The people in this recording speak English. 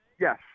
Yes